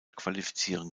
qualifizieren